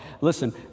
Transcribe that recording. Listen